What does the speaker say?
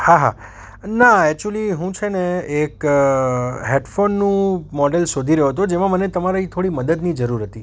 હા હા ના એક્ચુલી હું છે ને એક હેડફોનનું મોડેલ શોધી રહ્યો હતો જેમાં મને તમારી થોડી મદદની જરૂર હતી